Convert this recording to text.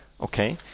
Okay